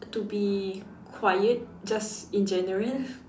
to be quiet just in general